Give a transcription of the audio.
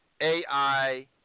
AI